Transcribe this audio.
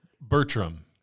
Bertram